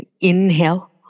inhale